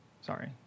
Sorry